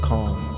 Calm